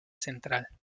central